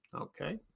okay